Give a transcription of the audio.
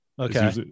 Okay